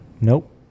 Nope